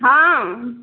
हँ